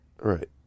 right